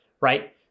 right